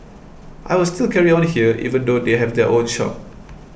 I will still carry on here even though they have their own shop